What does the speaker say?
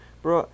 bro